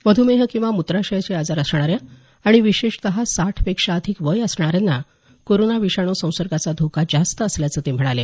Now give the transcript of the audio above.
मधुमेह किंवा मुत्राशयाचे आजार असणाऱ्या आणि विशेषत साठपेक्षा अधिक वय असणाऱ्यांना कोरोना विषाणू संसर्गाचा धोका जास्त असल्याचं ते म्हणाले